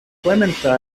clementine